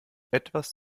etwas